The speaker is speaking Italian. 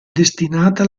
destinata